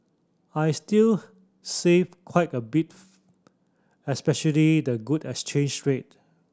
I'll still save quite a bit especially the good exchange rate